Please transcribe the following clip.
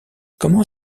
comment